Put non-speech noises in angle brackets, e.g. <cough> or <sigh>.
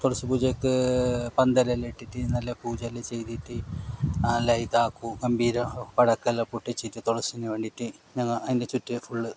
തുളസി പൂജക്ക് പന്തലെല്ലാം ഇട്ടിട്ട് നല്ല പൂജയെല്ലാം ചെയ്തിട്ട് നല്ല ഇതാക്കും <unintelligible> പടക്കം എല്ലാം പൊട്ടിച്ചിട്ട് തുളസീനെ വേണ്ടിയിട്ട് ഞങ്ങൾ അതിനു ചുറ്റും ഫുള്ള്